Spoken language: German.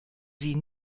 sie